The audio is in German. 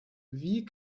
wie